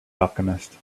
alchemist